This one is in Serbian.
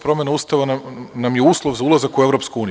Promena Ustava nam je uslov za ulazak u EU.